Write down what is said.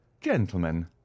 gentlemen